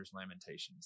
lamentations